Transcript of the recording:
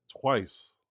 twice